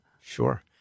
Sure